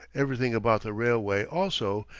everything about the railway, also,